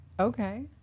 okay